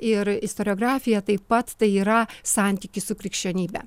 ir istoriografija taip pat tai yra santykis su krikščionybe